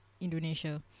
Indonesia